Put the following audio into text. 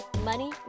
Money